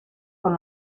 con